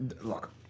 Look